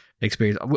experience